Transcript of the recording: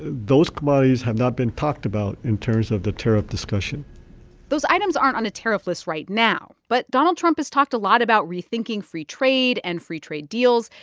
those commodities have not been talked about in terms of the tariff discussion those items aren't on a tariff list right now. but donald trump has talked a lot about rethinking free trade and free trade deals.